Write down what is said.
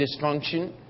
dysfunction